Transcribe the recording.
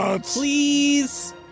Please